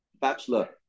bachelor